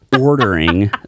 ordering